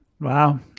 Wow